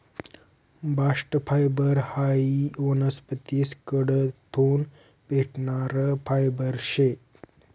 bast fibre हायी वनस्पतीस कडथून भेटणारं फायबर शे